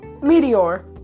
Meteor